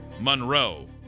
Monroe